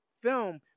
film